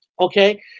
Okay